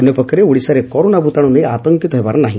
ଅନ୍ୟପକ୍ଷରେ ଓଡିଶାରେ କରୋନା ଭ୍ରତାଣୁ ନେଇ ଆତଙ୍କିତ ହେବାର ନାହି